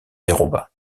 déroba